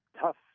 tough